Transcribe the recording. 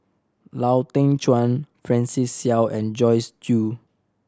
Lau Teng Chuan Francis Seow and Joyce Jue